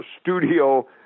studio